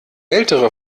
ältere